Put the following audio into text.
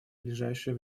ближайшее